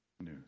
news